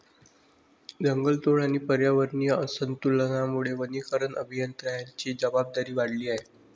जंगलतोड आणि पर्यावरणीय असंतुलनामुळे वनीकरण अभियंत्यांची जबाबदारी वाढली आहे